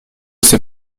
ses